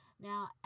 Now